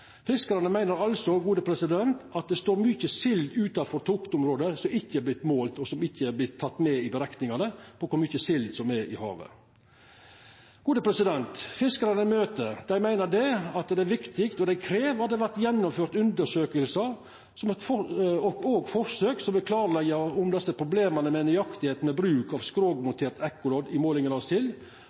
Fiskarane meiner altså at det står mykje sild utanfor toktområdet som ikkje er vorte målt eller tatt med i berekningane av kor mykje sild som er i havet. Fiskarar eg møter, meiner det er viktig, og dei krev, at det vert gjennomført undersøkingar og forsøk som vil klarleggja problema med nøyaktigheita ved bruk av skrogmontert ekkolodd i målinga av